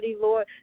Lord